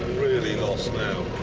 really lost now.